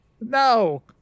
No